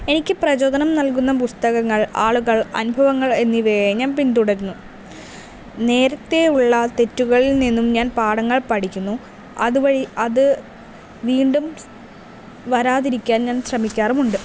എനിക്ക് പ്രചോദനം നൽകുന്ന പുസ്തകങ്ങൾ ആളുകൾ അനുഭവങ്ങൾ എന്നിവയെ ഞാൻ പിന്തുടരുന്നു നേരത്തെയുള്ള തെറ്റുകളിൽ നിന്നും ഞാൻ പാഠങ്ങൾ പഠിക്കുന്നു അതുവഴി അത് വീണ്ടും വരാതിരിക്കാൻ ഞാൻ ശ്രമിക്കാറുമുണ്ട്